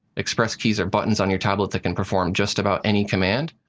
express keys are buttons on your tablet that can perform just about any command.